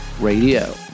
Radio